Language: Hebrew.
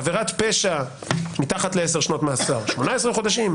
עבירת פשע מתחת לעשר שנות מאסר 18 חודשים,